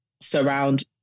surround